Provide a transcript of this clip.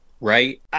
right